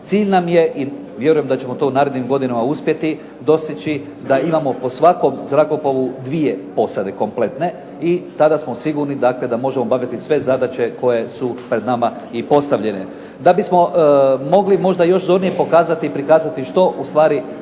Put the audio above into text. Cilj nam je i vjerujem da ćemo to u narednim godinama uspjeti dostići, da imamo po svakom zrakoplovu dvije posade kompletne i tada smo sigurni dakle da možemo obaviti sve zadaće koje su pred nama i postavljene. Da bismo mogli možda još zornije pokazati i prikazati što ustvari svi